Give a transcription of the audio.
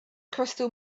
crystal